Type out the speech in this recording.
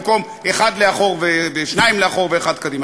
במקום שניים לאחור ואחד קדימה.